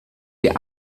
the